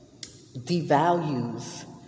devalues